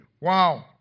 Wow